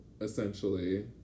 essentially